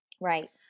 Right